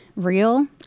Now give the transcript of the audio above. real